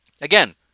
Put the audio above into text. Again